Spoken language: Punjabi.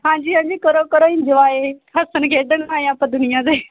ਹਾਂਜੀ ਹਾਂਜੀ ਕਰੋ ਕਰੋ ਇੰਜੋਏ ਹੱਸਣ ਖੇਡਣ ਆਏ ਹਾਂ ਆਪਾਂ ਦੁਨੀਆ 'ਤੇ